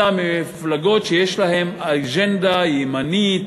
אלא ממפלגות שיש להן אג'נדה ימנית,